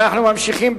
אנחנו ממשיכים בסדר-היום: